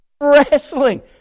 wrestling